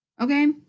okay